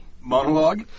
Monologue